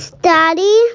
daddy